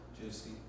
Juicy